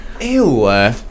Ew